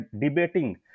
debating